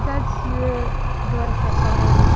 जाइ छियै डर सँ करैलए